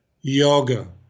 yoga